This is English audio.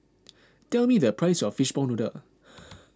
tell me the price of Fishball Noodle